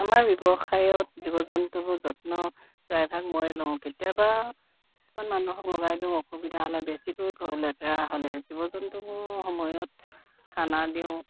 আমাৰ ব্যৱসায়ত জীৱ জন্তুবোৰ যত্ন প্ৰায়ভাগ মইয়ে লওঁ কেতিয়াবা কিছুমান মানুহক লগাই দিওঁ অসুবিধা হ'লে বেছিকৈ ঘৰ লেতেৰা হ'লে জীৱ জন্তুবোৰ সময়ত খানা দিওঁ